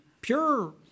pure